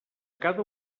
cada